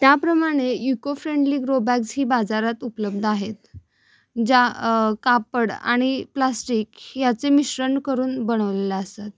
त्याप्रमाणे इकोफ्रेंडली ग्रोबॅग्सही बाजारात उपलब्ध आहेत ज्या कापड आणि प्लास्टिक ह्याचे मिश्रण करून बणवलेल्या असतात